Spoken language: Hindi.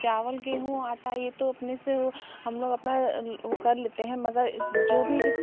चावल गेहूँ आटा ये तो अपने से हम लोग अपना कर लेते हैं मगर जो भी